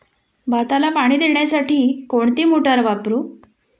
भाताला पाणी देण्यासाठी कोणती मोटार वापरू?